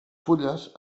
fulles